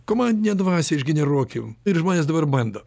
komandinę dvasią išgeneruokim ir žmonės dabar bando